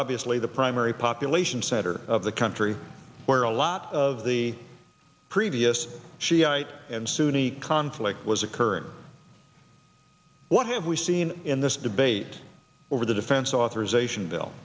obviously the primary population center of the country where a lot of the previous shiite and sunni conflict was occurring what have we seen in this debate over the defense authorization bill